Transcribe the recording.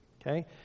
okay